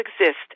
exist